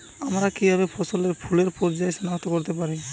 আমরা কিভাবে ফসলে ফুলের পর্যায় সনাক্ত করতে পারি?